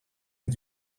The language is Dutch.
het